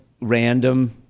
random